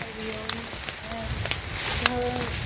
हरिओम् भ